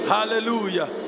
Hallelujah